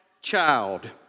child